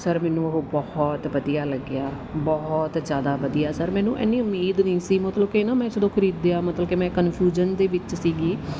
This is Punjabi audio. ਸਰ ਮੈਨੂੰ ਉਹ ਬਹੁਤ ਵਧੀਆ ਲੱਗਿਆ ਬਹੁਤ ਜ਼ਿਆਦਾ ਵਧੀਆ ਸਰ ਮੈਨੂੰ ਇੰਨੀ ਉਮੀਦ ਨਹੀਂ ਸੀ ਮਤਲਬ ਕਿ ਨਾ ਮੈਂ ਜਦੋਂ ਖਰੀਦਿਆ ਮਤਲਬ ਕਿ ਮੈਂ ਕਨਫਿਊਜਨ ਦੇ ਵਿੱਚ ਸੀਗੀ